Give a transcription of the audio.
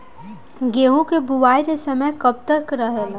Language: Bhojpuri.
गेहूँ के बुवाई के समय कब तक रहेला?